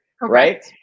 right